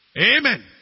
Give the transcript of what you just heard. Amen